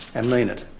and mean it.